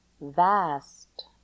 Vast